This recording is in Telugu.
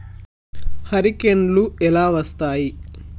హరికేన్లు ఎలా వస్తాయి?